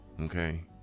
Okay